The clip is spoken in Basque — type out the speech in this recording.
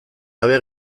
gabe